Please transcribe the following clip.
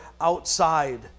outside